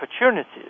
opportunities